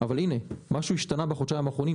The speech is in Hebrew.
אבל הנה משהו השתנה בחודשיים האחרונים,